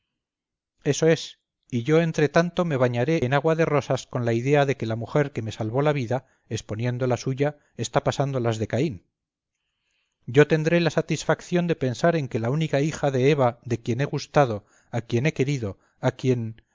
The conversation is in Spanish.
eso es y yo entretanto me bañaré en agua de rosas con la idea de que la mujer que me salvó la vida exponiendo la suya está pasando las de caín yo tendré la satisfacción de pensar en que la única hija de eva de quien he gustado a quien he querido a quien